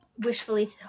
wishfully